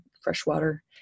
freshwater